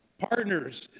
partners